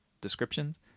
descriptions